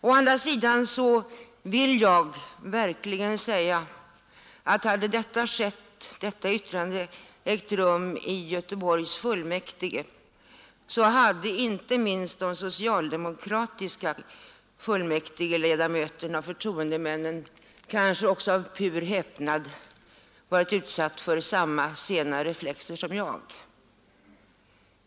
Å andra sidan vill jag verkligen säga att hade detta yttrande fällts i Göteborgs fullmäktige, så hade kanske inte minst de socialdemokratiska fullmäktigeledamöterna och förtroendemännen av pur häpnad varit utsatta för samma sena reflexer som jag.